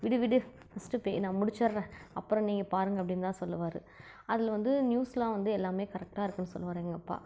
விடு விடு first pay நான் முடிச்சுர்றேன் அப்புறம் நீங்கள் பாருங்க அப்படின்னு தான் சொல்லுவார் அதில் வந்து நியூஸ்லாம் வந்து எல்லாம் கரெக்டாக இருக்குதுன்னு சொல்லுவார் எங்கள் அப்பா